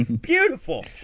Beautiful